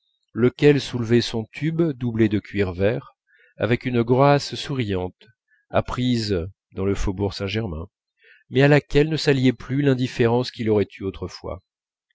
lequel soulevait son tube doublé de cuir vert avec une grâce souriante apprise dans le faubourg saint-germain mais à laquelle ne s'alliait plus l'indifférence qu'il aurait eue autrefois